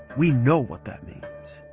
we know what that means,